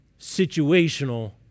situational